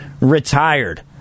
retired